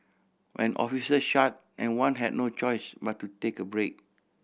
when officer shut and one had no choice but to take a break